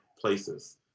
places